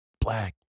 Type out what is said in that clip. black